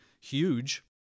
huge